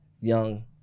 young